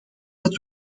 dat